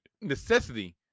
necessity